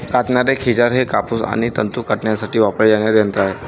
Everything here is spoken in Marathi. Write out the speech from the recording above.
कातणारे खेचर हे कापूस आणि तंतू कातण्यासाठी वापरले जाणारे यंत्र आहे